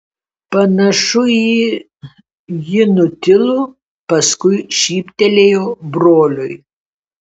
panašu į ji nutilo paskui šyptelėjo broliui